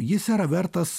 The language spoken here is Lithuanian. jis yra vertas